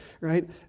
right